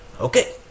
Okay